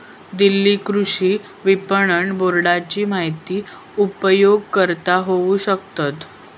दिल्ली कृषि विपणन बोर्डाची माहिती उपयोगकर्ता घेऊ शकतत